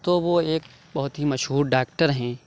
تو وہ ایک بہت ہی مشہور ڈاکٹر ہیں